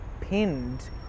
pinned